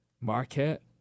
Marquette